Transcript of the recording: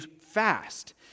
fast